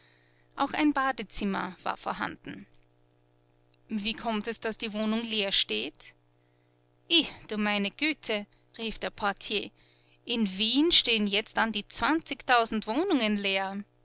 auch ein badezimmer war vorhanden wie kommt es daß die wohnung leer steht i du meine güte rief der portier in wien stehen jetzt an die zwanzigtausend wohnungen leer